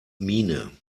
miene